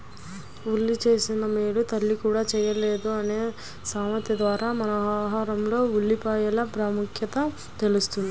ఉల్లి చేసిన మేలు తల్లి కూడా చేయలేదు అనే సామెత ద్వారా మన ఆహారంలో ఉల్లిపాయల ప్రాముఖ్యత తెలుస్తుంది